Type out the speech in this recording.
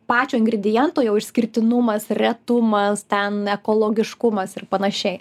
pačio ingridiento jau išskirtinumas retumas ten ekologiškumas ir panašiai